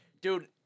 Dude